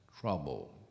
trouble